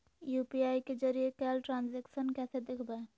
UPI के जरिए कैल ट्रांजेक्शन कैसे देखबै?